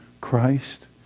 Christ